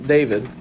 David